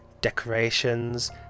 Decorations